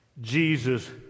Jesus